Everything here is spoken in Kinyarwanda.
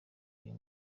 uyu